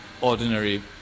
ordinary